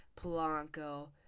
Polanco